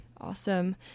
Awesome